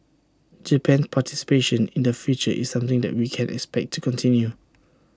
Japan's participation in the future is something that we can expect to continue